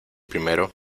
primero